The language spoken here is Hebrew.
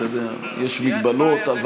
אתה יודע, יש הגבלות.